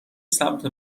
سمت